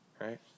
Right